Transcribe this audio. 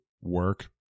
work